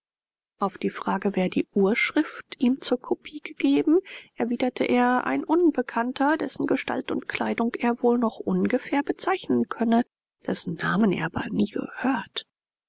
auf die frage wer die urschrift ihm zur kopie gegeben erwiderte er ein unbekannter dessen gestalt und kleidung er wohl noch ungefähr bezeichnen könne dessen namen er aber nie gehört